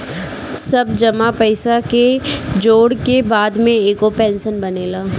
सब जमा पईसा के जोड़ के बाद में एगो पेंशन बनेला